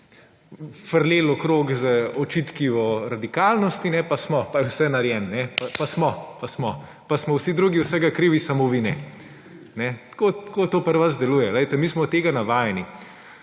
frleli okoli z očitki o radikalnosti. Pa smo, pa je vse narejeno, pa smo vsi drugi vsega krivi, samo vi ne. Tako to pri vas deluje. Mi smo tega navajeni,